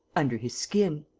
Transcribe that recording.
under his skin.